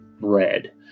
red